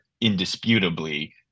indisputably